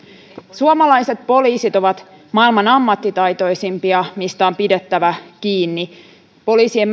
suomalaiset poliisit ovat maailman ammattitaitoisimpia mistä on pidettävä kiinni poliisien